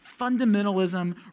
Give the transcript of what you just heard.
fundamentalism